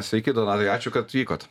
sveiki donatai ačiū kad atvykot